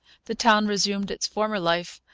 the town resumed its former life,